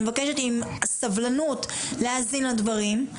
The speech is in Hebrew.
אני מבקשת סבלנות להאזין לדברים.